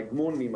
ההגמונים,